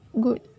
good